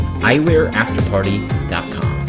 eyewearafterparty.com